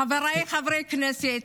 חבריי חברי הכנסת,